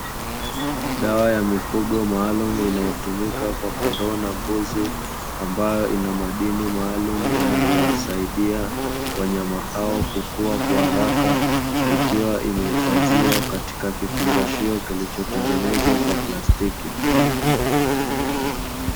Dawa ya mifugo maalum inayotumika kwa kondoo na mbuzi, ambayo ina madini maalum yanayowasaidia wanyama hao kukua kwa haraka ikiwa imehifadhiwa katika kifungashio kilichotengenezwa kwa plastiki.